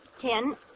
ten